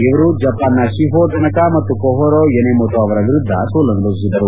ಇವರು ಜಪಾನ್ನ Shiho Tanaka ಮತ್ತು ಕೊಹರು ಯೊನೆಮೊಟೊ ಅವರ ವಿರುದ್ದ ಸೋಲನುಭವಿಸಿದರು